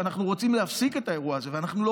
אנחנו רוצים להפסיק את האירוע הזה ואנחנו לא